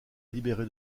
libéré